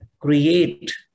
create